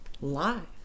Live